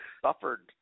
suffered